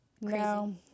No